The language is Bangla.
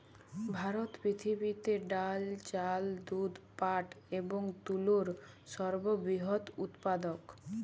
ভারত পৃথিবীতে ডাল, চাল, দুধ, পাট এবং তুলোর সর্ববৃহৎ উৎপাদক